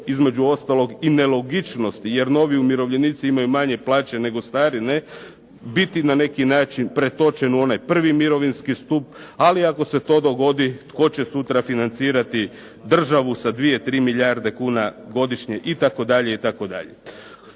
između ostalog i nelogičnosti jer novi umirovljenici imaju manje plaće nego stari biti na neki način pretočen u onaj prvi mirovinski stup ali ako se to dogodi tko će sutra financirati državu sa 2-3 milijarde kuna godišnje itd.